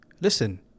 Listen